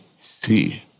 see